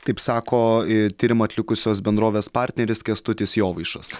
taip sako ir tyrimą atlikusios bendrovės partneris kęstutis jovaišas